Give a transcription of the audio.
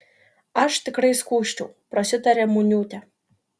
aš tikrai skųsčiau prasitarė muniūtė